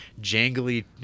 jangly